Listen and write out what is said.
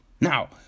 Now